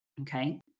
Okay